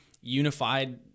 unified